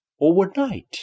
overnight